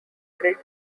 grid